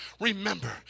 Remember